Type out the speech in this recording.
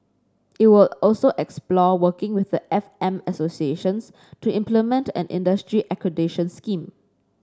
it will also explore working with the F M associations to implement an industry accreditation scheme